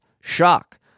shock